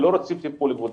לא רוצים טיפול קבוצתי.